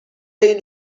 این